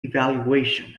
evaluation